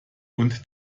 und